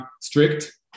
strict